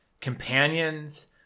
companions